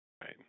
Right